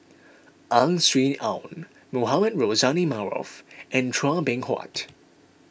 Ang Swee Aun Mohamed Rozani Maarof and Chua Beng Huat